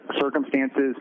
circumstances